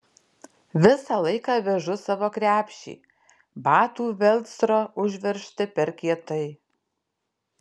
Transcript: visą laiką vežu savo krepšį batų velcro užveržti per kietai